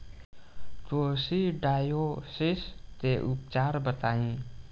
Coccidiosis के उपचार बताई?